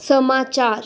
समाचार